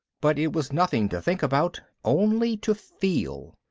but it was nothing to think about, only to feel.